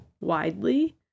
widely